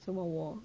什么 wall